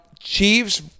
Chiefs